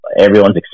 Everyone's